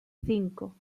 cinco